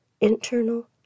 internal